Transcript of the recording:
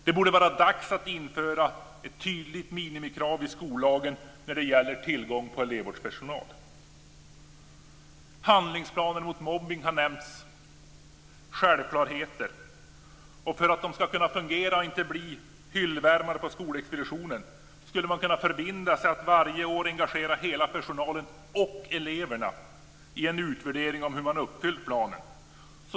Det borde vara dags att införa ett tydligt minimikrav i skollagen när det gäller tillgång på elevvårdspersonal. Handlingsplaner mot mobbning har nämnts. Det är självklarheter. För att de ska kunna fungera och inte bli hyllvärmare på skolexpeditionen skulle man kunna förbinda sig att varje år engagera hela personalen och eleverna i en utvärdering av hur man uppfyllt planen.